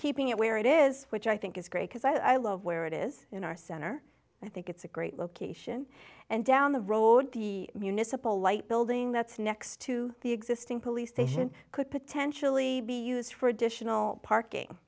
keeping it where it is which i think is great because i love where it is in our center i think it's a great location and down the road the municipal light building that's next to the existing police station could potentially be used for additional parking